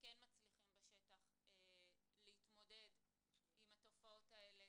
שכן מצליחים בשטח להתמודד עם התופעות האלה,